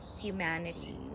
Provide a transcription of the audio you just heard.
humanity